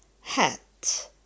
hat